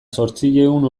zortziehun